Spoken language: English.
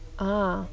ah